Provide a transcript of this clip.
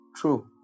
true